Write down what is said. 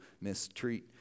mistreat